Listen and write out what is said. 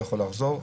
יכול לחזור.